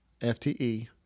FTE